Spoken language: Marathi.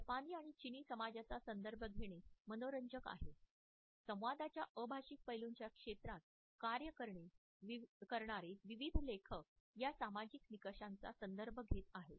जपानी आणि चिनी समाजांचा संदर्भ घेणे मनोरंजक आहे संवादाच्या अभाषिक पैलूंच्या क्षेत्रात कार्य करणारे विविध लेखक या सामाजिक निकषांचा संदर्भ घेत आहेत